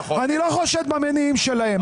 אני לא חושד במניעים שלהם.